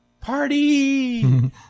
party